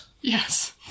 yes